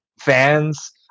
fans –